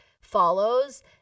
follows